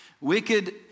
wicked